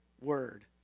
word